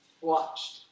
watched